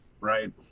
Right